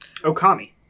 Okami